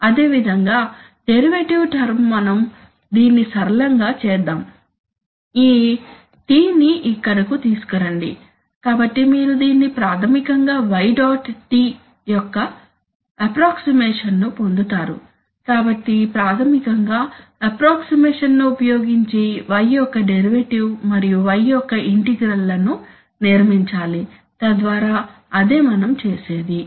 అదేవిధంగా derivative term మనం దీన్ని సరళంగా చేద్దాం ఈ T ని ఇక్కడకు తీసుకురండి కాబట్టి మీరు దీన్ని ప్రాథమికంగా y డాట్ t యొక్క అప్ప్రోక్సిమేషన్ ను పొందుతారు కాబట్టి ప్రాథమికంగా అప్ప్రోక్సిమేషన్ ను ఉపయోగించి y యొక్క డెరివేటివ్ మరియు y యొక్క ఇంటిగ్రల్ లను నిర్మించాలి తద్వారా అదే మనం చేసేది